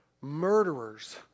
Murderers